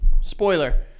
spoiler